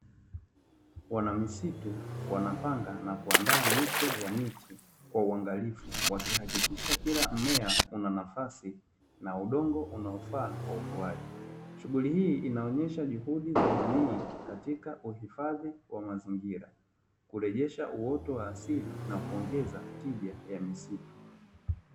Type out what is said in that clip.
Wana misitu wanapanga na kuandaa miche ya miti kwa uangalifu na kuhakikisha kila mmea una nafasi na kunaudongo unaofaa Kwa ukuwaji. Shughuli hii inaonesha juhudi za jamii katika kuhifadhia wa mazingira kuongeza uwoto wa asili na kuongeza tija ya misitu.